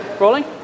Rolling